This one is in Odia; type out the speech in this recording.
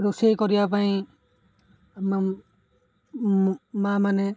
ରୋଷେଇ କରିବା ପାଇଁ ମା' ମାନେ